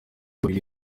babiri